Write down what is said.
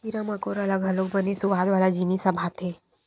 कीरा मकोरा ल घलोक बने सुवाद वाला जिनिस ह भाथे